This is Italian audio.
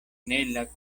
nella